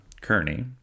Kearney